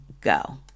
go